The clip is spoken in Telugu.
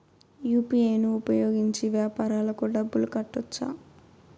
యు.పి.ఐ ను ఉపయోగించి వ్యాపారాలకు డబ్బులు కట్టొచ్చా?